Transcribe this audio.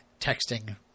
texting